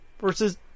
versus